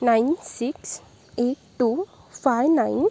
nine six eight two five nine